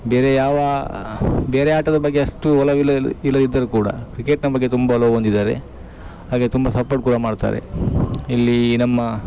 ಬೇರೆ ಯಾವ ಬೇರೆ ಆಟದ ಬಗ್ಗೆ ಅಷ್ಟು ಒಲವಿಲ್ಲ ಇಲ್ಲದಿದ್ದರೂ ಕೂಡ ಕ್ರಿಕೆಟ್ನ ಬಗ್ಗೆ ತುಂಬ ಒಲವು ಹೊಂದಿದ್ದಾರೆ ಹಾಗೆ ತುಂಬ ಸಪೋರ್ಟ್ ಕೂಡ ಮಾಡ್ತಾರೆ ಇಲ್ಲಿ ನಮ್ಮ